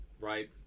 right